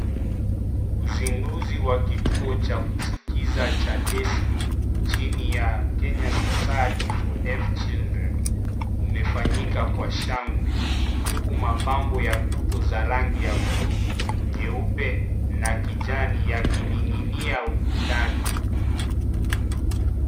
Usinduzi wa kisikiza kituo cha kisikiza cha (cs) destiny (cs) chini ya Kenya (cs) society for deaf children (cs) umefanyika kwa shangwe huku mapambo za puto za rangi ya bluu nyeupe na kijani yakininginia ukutani.